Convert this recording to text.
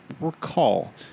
recall